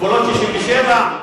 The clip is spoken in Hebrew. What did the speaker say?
גבולות 67'?